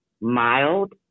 mild